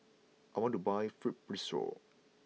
I want to buy Fibrosol